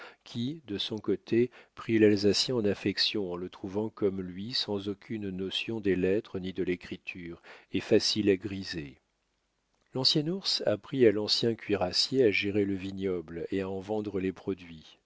qui de son côté prit l'alsacien en affection en le trouvant comme lui sans aucune notion des lettres ni de l'écriture et facile à griser l'ancien ours apprit à l'ancien cuirassier à gérer le vignoble et à en vendre les produits